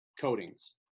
coatings